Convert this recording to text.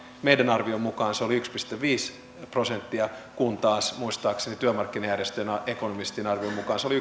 meidän arviomme mukaan se oli yksi pilkku viisi prosenttia kun taas muistaakseni työmarkkinajärjestöjen ekonomistien arvion mukaan se oli